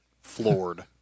Floored